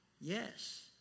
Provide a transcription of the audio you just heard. Yes